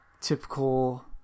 typical